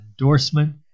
endorsement